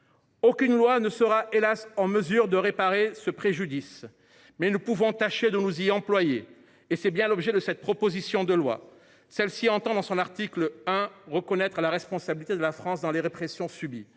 Aucune loi ne sera certes en mesure de réparer ce préjudice, mais nous pouvons tâcher de nous y employer, mes chers collègues. Tel est l’objet de cette proposition de loi, qui, dans son article 1, reconnaît la responsabilité de la France dans les répressions subies.